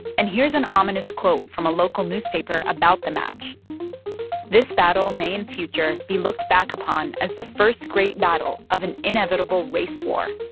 and here's an ominous quote from a local newspaper about the match this battle may, in future, be looked back upon as the first great battle of an inevitable race war.